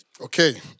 Okay